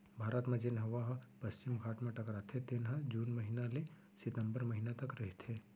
भारत म जेन हवा ह पस्चिम घाट म टकराथे तेन ह जून महिना ले सितंबर महिना तक रहिथे